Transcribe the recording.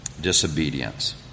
disobedience